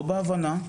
לא בהבנה,